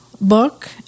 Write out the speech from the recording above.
book